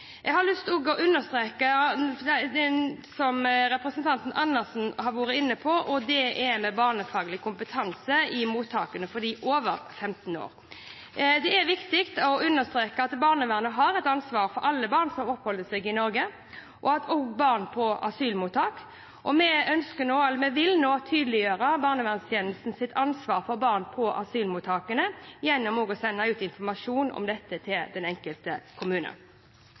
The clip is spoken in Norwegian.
Jeg har også lyst til å understreke det som representanten Andersen var inne på, dette med barnefaglig kompetanse i mottakene for dem over 15 år. Det er viktig å understreke at barnevernet har et ansvar for alle barn som oppholder seg i Norge, også barn på asylmottak, og vi vil nå tydeliggjøre barnevernstjenestens ansvar for barn på asylmottakene gjennom å sende ut informasjon om dette til den enkelte kommune.